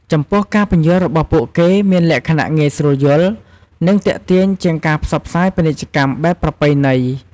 ចំពោះការពន្យល់របស់ពួកគេមានលក្ខណៈងាយស្រួលយល់ និងទាក់ទាញជាងការផ្សាយពាណិជ្ជកម្មបែបប្រពៃណី។